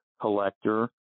collector